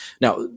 Now